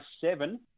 seven